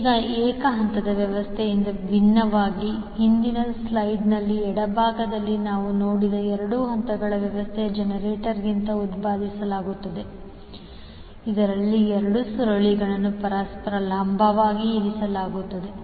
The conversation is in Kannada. ಈಗ ಏಕ ಹಂತದ ವ್ಯವಸ್ಥೆಯಿಂದ ಭಿನ್ನವಾಗಿ ಹಿಂದಿನ ಸ್ಲೈಡ್ನ ಎಡಭಾಗದಲ್ಲಿ ನಾವು ನೋಡಿದ 2 ಹಂತದ ವ್ಯವಸ್ಥೆಯನ್ನು ಜನರೇಟರ್ನಿಂದ ಉತ್ಪಾದಿಸಲಾಗುತ್ತದೆ ಇದರಲ್ಲಿ 2 ಸುರುಳಿಗಳನ್ನು ಪರಸ್ಪರ ಲಂಬವಾಗಿ ಇರಿಸಲಾಗುತ್ತದೆ